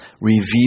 reveal